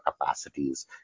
capacities